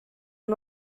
are